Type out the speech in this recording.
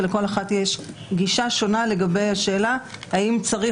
שלכל אחת יש גישה שונה לגבי השאלה האם צריך